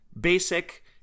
basic